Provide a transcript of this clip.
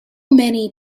many